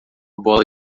bola